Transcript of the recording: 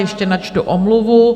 Ještě načtu omluvu.